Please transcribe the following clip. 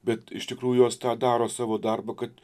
bet iš tikrųjų jos tą daro savo darbą kad